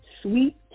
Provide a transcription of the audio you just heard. Sweet